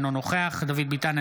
אינו נוכח דוד ביטן,